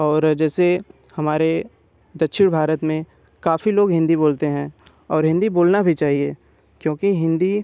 और जैसे हमारे दक्षिण भारत में काफ़ी लोग हिन्दी बोलते हैं और हिन्दी बोलना भी चाहिए क्योंकि हिन्दी